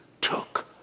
took